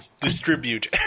distribute